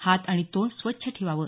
हात आणि तोंड स्वच्छ ठेवावं